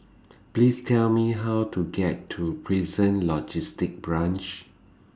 Please Tell Me How to get to Prison Logistic Branch